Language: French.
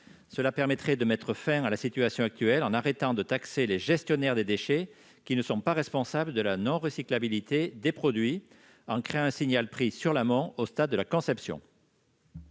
Cela permettrait de mettre fin à la situation actuelle et de cesser de taxer les gestionnaires des déchets, qui ne sont pas responsables de la non-recyclabilité des produits, en créant un signal-prix sur l'amont, au stade de la conception.